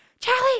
charlie